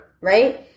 Right